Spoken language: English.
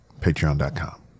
patreon.com